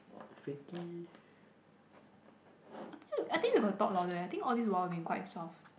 I think I think we got to talk louder eh I think all this while we've been quite soft